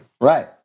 Right